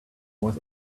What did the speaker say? was